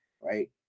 right